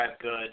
good